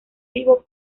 vivo